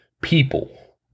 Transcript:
people